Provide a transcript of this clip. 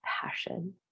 passion